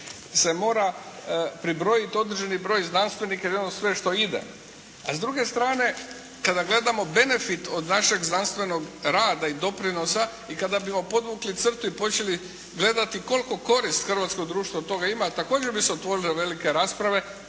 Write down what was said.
se mora pribrojiti određeni broj znanstvenika i ono sve što ide, a s druge strane kada gledamo benefit od našeg znanstvenog rada i doprinosa i kada bi podvukli crtu i počeli gledati koliku korist hrvatsko društvo od toga ima, također bi se otvorile velike rasprave,